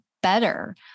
better